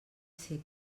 ser